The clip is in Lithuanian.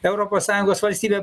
europos sąjungos valstybėm